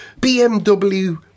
BMW